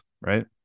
right